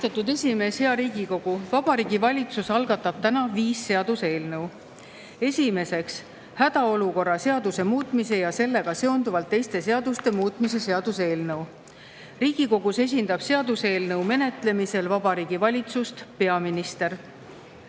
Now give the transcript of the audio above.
Austatud esimees! Hea Riigikogu! Vabariigi Valitsus algatab täna viis seaduseelnõu. Esiteks, hädaolukorra seaduse muutmise ja sellega seonduvalt teiste seaduste muutmise seaduse eelnõu. Riigikogus esindab seaduseelnõu menetlemisel Vabariigi Valitsust peaminister.